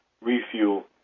refuel